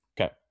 Okay